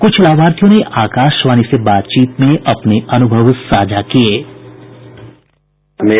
कुछ लाभार्थियों ने आकाशवाणी के साथ बातचीत में अपने अनुभव साझा किये